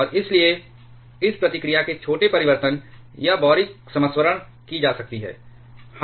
और इसलिए इस प्रतिक्रिया के छोटे परिवर्तन या बारीक समस्वरण की जा सकती है